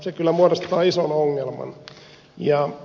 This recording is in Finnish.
se kyllä muodostaa ison ongelman